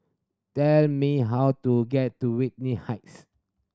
tell me how to get to Whitley Heights